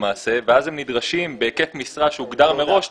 ואז הם נדרשים בהיקף משרה שהוגדר מראש,